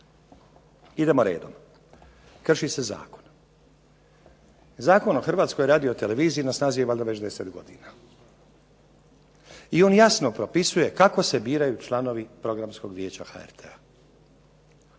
Idemo redom. Krši se zakon. Zakon o Hrvatskoj radioteleviziji na snazi je valjda već 10 godina i on jasno propisuje kako se biraju članovi Programskog vijeća HRT-a.